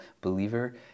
believer